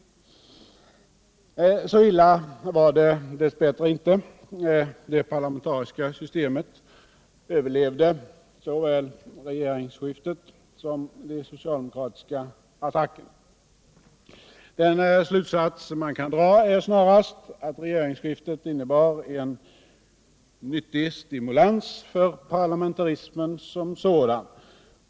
Så illa var det dess bättre inte. Det parlamentariska systemet överlevde såväl regeringsskiftet som de socialdemokratiska attackerna. Den slutsats man kan dra är snarast att regeringsskiftet innebar en nyttig stimulans för parlamentarismen som sådan.